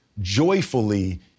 joyfully